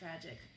tragic